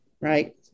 right